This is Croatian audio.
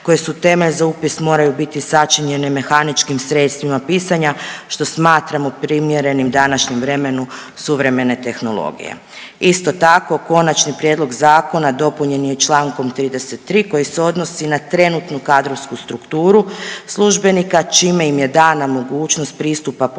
koje su temelj za upis moraju biti sačinjene mehaničkim sredstvima pisanja, što smatramo primjerenim današnjem vremenu suvremene tehnologije. Isto tako konačni prijedlog zakona dopunjen je čl. 33. koji se odnosi na trenutnu kadrovsku strukturu službenika čime im je dana mogućnost pristupa polaganja